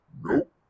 Nope